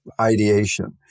ideation